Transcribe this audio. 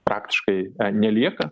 praktiškai nelieka